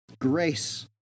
Grace